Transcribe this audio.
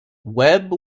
webb